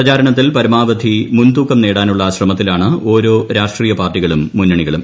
പ്രചാരണത്തിൽ പരമാവധി മുൻതൂക്കം നേടാനുള്ള ശ്രമത്തിലാണ് ഓരോ രാഷ്ട്രീയ പാർട്ടികളും മുന്നണികളും